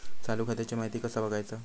चालू खात्याची माहिती कसा बगायचा?